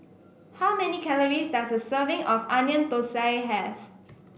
how many calories does a serving of Onion Thosai have